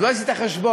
אז לא עשית חשבון.